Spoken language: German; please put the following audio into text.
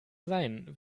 sein